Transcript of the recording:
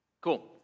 Cool